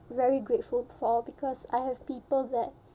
very grateful for because I have people that